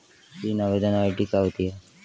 ऋण आवेदन आई.डी क्या होती है?